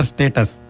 Status